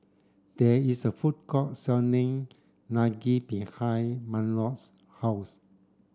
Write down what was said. there is a food court selling Unagi behind Mahlon's house